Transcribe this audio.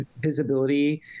visibility